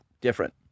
different